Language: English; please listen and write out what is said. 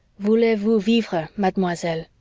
voulez-vous vivre, mademoiselle?